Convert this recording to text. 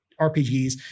rpgs